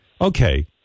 okay